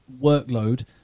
workload